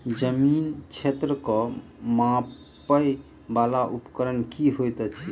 जमीन क्षेत्र केँ मापय वला उपकरण की होइत अछि?